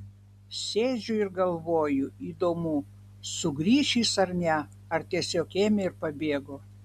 sėdžiu ir galvoju įdomu sugrįš jis ar ne ar tiesiog ėmė ir pabėgo